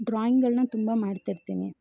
ಡ್ರಾಯಿಂಗ್ಗಳನ್ನ ತುಂಬ ಮಾಡ್ತಿರ್ತೀನಿ